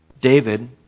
David